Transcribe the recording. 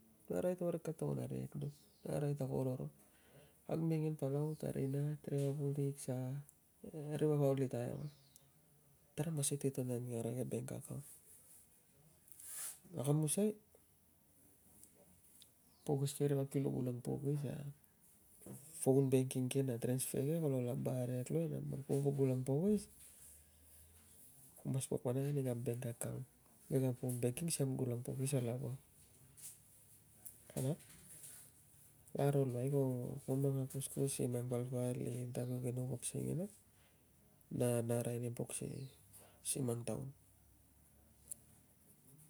No ari parik ka toron a ri kek duk, no ari ta, ko roron. Ag mengen palau ta ri tara mas i toi ton ani kara ke bank account. A ka musai pokis ke ri vap kilo gulang okis, a phone banking ke na transfer ke k010 laba arekek luai. nam bang, man kuvo gulong pokis ku mas wok va nang ane kam bank account, kam yuk banking si kam gulang a lava. ka nat kala luai ko, ko mang a kus kuskus si mang palpal ke no wok si ngi na, arai nim mi si mang taun.